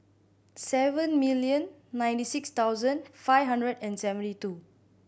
seven million ninety six thousand five hundred and seventy two